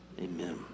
amen